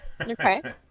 Okay